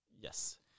Yes